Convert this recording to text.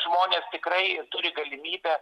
žmonės tikrai turi galimybę